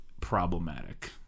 problematic